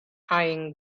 eyeing